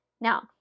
Now